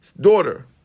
daughter